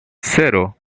cero